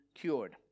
cured